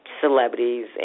celebrities